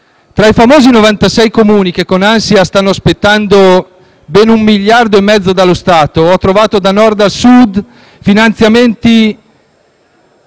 Tra i famosi i 96 Comuni, che con ansia stanno aspettando ben 1,5 miliardi dallo Stato, ho trovato da Nord a Sud finanziamenti,